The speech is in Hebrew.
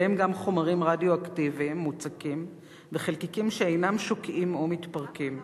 ובהם גם חומרים רדיואקטיביים מוצקים וחלקיקים שאינם שוקעים או מתפרקים.